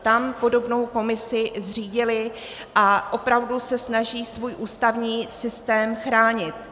Tam podobnou komisi zřídili a opravdu se snaží svůj ústavní systém chránit.